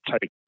take